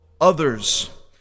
others